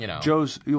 Joe's –